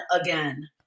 again